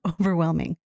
overwhelming